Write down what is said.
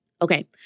Okay